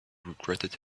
regretted